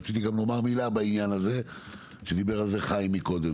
רציתי גם לומר מילה בעניין שדיבר עליו מקודם חיים,